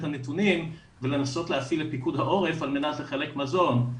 הנתונים ולנסות להפעיל את פיקוד העורף על מנת לחלק מזון,